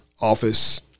office